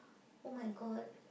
!oh-my-God!